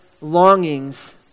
longings